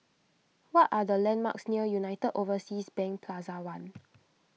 what are the landmarks near United Overseas Bank Plaza one